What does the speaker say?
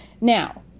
Now